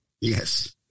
Yes